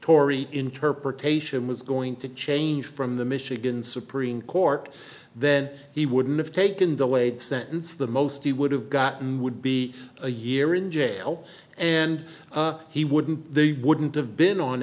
torrie interpretation was going to change from the michigan supreme court then he wouldn't have taken the lead sentence the most he would have gotten would be a year in jail and he wouldn't they wouldn't have been on